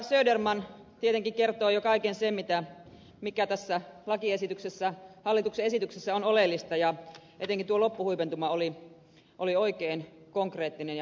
söderman tietenkin kertoi jo kaiken sen mikä tässä lakiesityksessä hallituksen esityksessä on oleellista ja etenkin tuo loppuhuipentuma oli oikein konkreettinen ja kuvaava